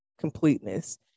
completeness